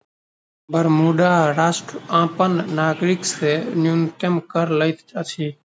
Bermuda राष्ट्र अपन नागरिक से न्यूनतम कर लैत अछि